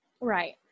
right